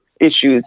issues